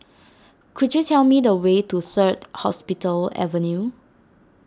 could you tell me the way to Third Hospital Avenue